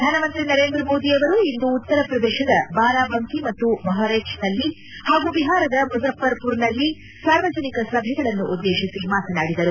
ಪ್ರಧಾನಮಂತ್ರಿ ನರೇಂದ್ರ ಮೋದಿ ಅವರು ಇಂದು ಉತ್ತರ ಪ್ರದೇಶದ ಬಾರಾಬಂಕಿ ಮತ್ತು ಬಹ್ರೇಚ್ನಲ್ಲಿ ಹಾಗೂ ಬಿಹಾರದ ಮುಜಾಫರ್ಪುರ್ನಲ್ಲಿ ಸಾರ್ವಜನಿಕ ಸಭೆಗಳನ್ನುದ್ದೇಶಿಸಿ ಮಾತನಾಡಿದರು